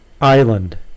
Island